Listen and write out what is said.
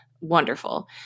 Wonderful